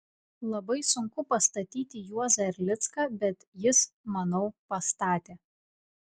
labai sunku pastatyti juozą erlicką bet jis manau pastatė